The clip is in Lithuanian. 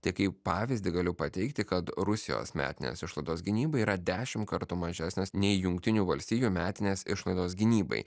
tai kaip pavyzdį galiu pateikti kad rusijos metinės išlaidos gynybai yra dešimt kartų mažesnės nei jungtinių valstijų metinės išlaidos gynybai